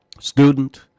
student